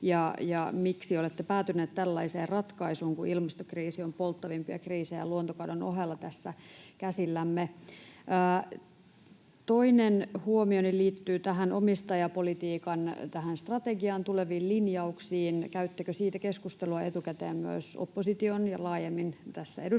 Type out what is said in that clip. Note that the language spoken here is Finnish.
miksi olette päätyneet tällaiseen ratkaisuun, kun ilmastokriisi on polttavimpia kriisejä luontokadon ohella tässä käsillämme. Toinen huomioni liittyy tähän omistajapolitiikan strategiaan, tuleviin linjauksiin. Käyttekö siitä keskustelua etukäteen myös opposition ja laajemmin eduskunnan